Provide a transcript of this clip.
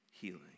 healing